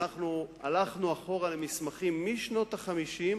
הלכנו אחורה למסמכים משנות ה-50.